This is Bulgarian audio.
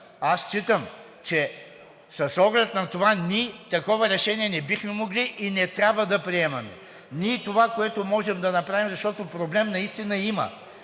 аз считам, че с оглед на това ние такова решение не бихме могли и не трябва да приемаме. Ние това, което можем да направим, защото проблем наистина има,